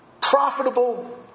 profitable